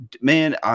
man